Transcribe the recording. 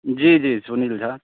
जी जी सुनील झा